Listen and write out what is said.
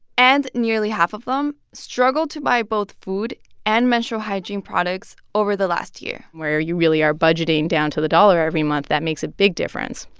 and nearly half of them struggled to buy both food and menstrual hygiene products over the last year where you really are budgeting down to the dollar every month, that makes a big difference.